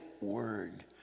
word